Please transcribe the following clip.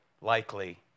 likely